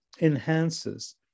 enhances